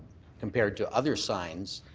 compared to other signs,